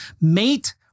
mate